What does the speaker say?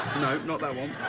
no, not that one.